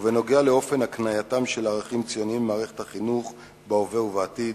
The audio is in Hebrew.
ובנוגע לאופן הקנייתם של ערכים ציוניים במערכת החינוך בהווה ובעתיד.